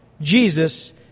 Jesus